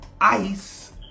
ice